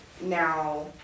Now